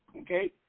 Okay